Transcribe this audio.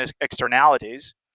externalities